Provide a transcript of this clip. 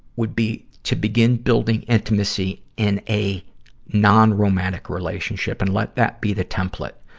would be to begin building intimacy in a non-romantic relationship and let that be the template.